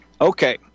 Okay